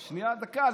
שנייה, דקה.